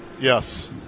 Yes